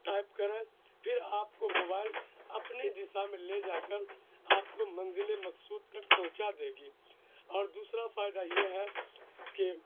type کریں پھر آپ کو موبائل اپنے دشا میں لے جا کر آپ کو منزلِ مقصود تک پہنچا دے گی اور دوسرا فائدہ یہ ہے کہ